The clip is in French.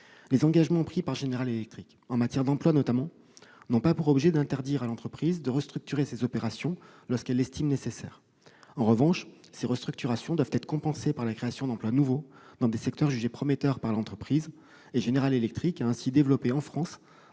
Les engagements pris par General Electric, notamment en matière d'emploi, n'ont pas pour objet d'interdire à l'entreprise de restructurer ses opérations lorsqu'elle l'estime nécessaire. En revanche, ces restructurations doivent être compensées par la création d'emplois nouveaux dans des secteurs jugés prometteurs par l'entreprise. General Electric a ainsi développé en France